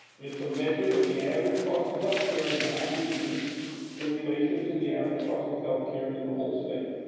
it's a measure of the average cost of healthcare in that region in relation to the average cost of health care in the whole state.